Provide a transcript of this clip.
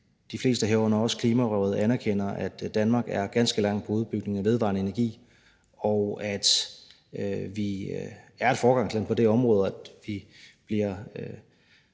de fleste, herunder også Klimarådet, anerkender, at Danmark er ganske langt med udbygningen af vedvarende energi, og at vi er et foregangsland på det område, og at vi bliver